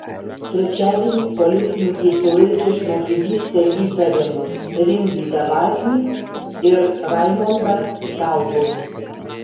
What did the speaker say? trečiadienį policininkai sulaikė žmogžudyste įtariamus rimvydą vaznį ir raimondą galbuogį